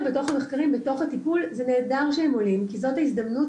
בתוך המחקרים בתוך הטיפול זה נהדר שהם עולים כי זאת ההזדמנות